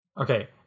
okay